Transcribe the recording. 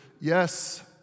Yes